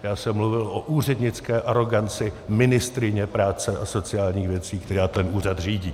Já jsem mluvil o úřednické aroganci ministryně práce a sociálních věcí, která ten úřad řídí.